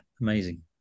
amazing